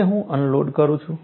હવે હું અનલોડ કરું છું